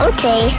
Okay